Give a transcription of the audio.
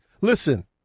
Listen